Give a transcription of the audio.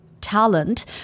talent